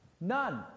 None